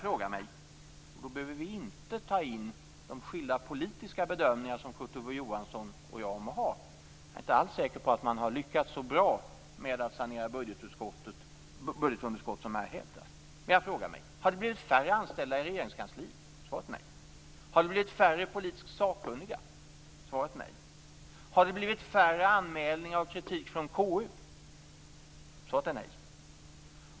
Vi behöver inte ta in de skilda politiska bedömningar som Kurt Ove Johansson och jag har, men jag är inte alls säker på att regeringen har lyckats så bra med att sanera budgetunderskottet som här hävdas. Jag frågar mig: Har det blivit färre anställda i Regeringskansliet? Svaret är nej. Har det blivit färre politiskt sakkunniga? Svaret är nej. Har det blivit färre anmälningar av kritik från KU? Svaret är nej.